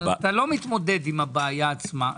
לא מתמודד עם הבעיה עצמה.